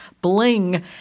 bling